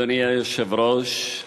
אדוני היושב-ראש,